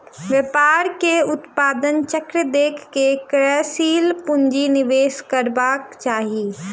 व्यापार के उत्पादन चक्र देख के कार्यशील पूंजी निवेश करबाक चाही